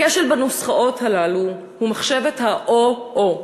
הכשל בנוסחאות הללו הוא מחשבת ה"או-או".